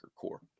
core